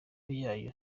yayo